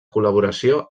col·laboració